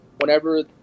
whenever